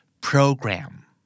program